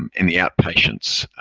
um in the outpatients,